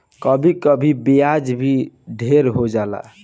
कभी कभी ब्याज भी ढेर होला